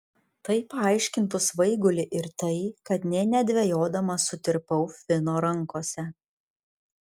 tai paaiškintų svaigulį ir tai kad nė nedvejodama sutirpau fino rankose